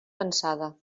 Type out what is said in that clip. cansada